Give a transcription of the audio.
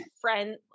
friend